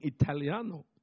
Italiano